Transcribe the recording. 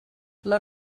les